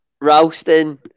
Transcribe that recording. Ralston